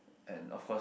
and of course